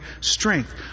strength